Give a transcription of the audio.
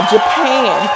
Japan